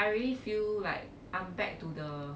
I really feel like I'm back to the